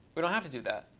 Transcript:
we don't have to do that.